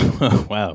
wow